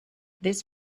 this